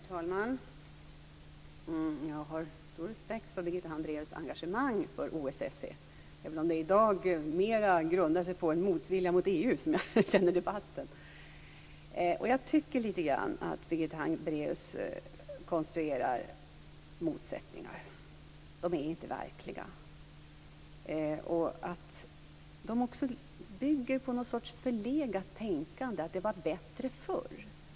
Herr talman! Jag har stor respekt för Birgitta Hambraeus engagemang för OSSE, även om det i dag mer grundar sig på en motvilja mot EU som jag känner det i debatten. Jag tycker att Birgitta Hambraeus litet grand konstruerar motsättningar som inte är verkliga. De bygger också på någon sorts förlegat tänkande; att det var bättre förr.